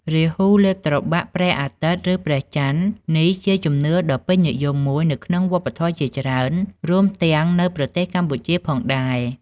រាហ៊ូលេបត្របាក់ព្រះអាទិត្យឬព្រះច័ន្ទ នេះជាជំនឿដ៏ពេញនិយមមួយនៅក្នុងវប្បធម៌ជាច្រើន រួមទាំងនៅប្រទេសកម្ពុជាផងដែរ ។